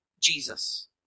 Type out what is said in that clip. Jesus